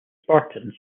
spartans